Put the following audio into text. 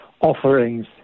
offerings